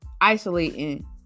isolating